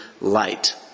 light